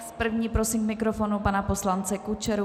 S první prosím k mikrofonu pana poslance Kučeru.